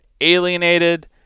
alienated